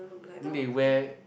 then they wear